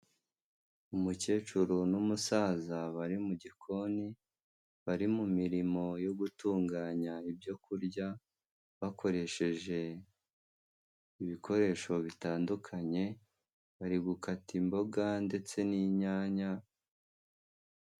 Umukecuru n'umusaza bari mu gikoni bari mu mirimo yo gutunganya ibyo kurya bakoresheje ibikoresho bitandukanye, bari gukata imboga ndetse n'inyanya.